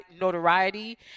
notoriety